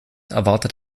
erwartet